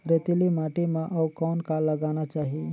रेतीली माटी म अउ कौन का लगाना चाही?